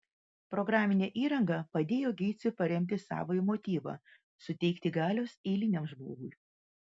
programinė įranga padėjo geitsui paremti savąjį motyvą suteikti galios eiliniam žmogui